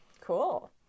Cool